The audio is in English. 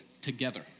together